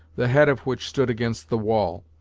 the head of which stood against the wall.